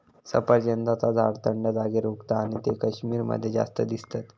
सफरचंदाचा झाड थंड जागेर उगता आणि ते कश्मीर मध्ये जास्त दिसतत